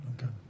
okay